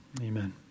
amen